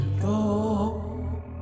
go